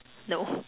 no